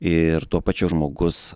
ir tuo pačiu žmogus